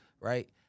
right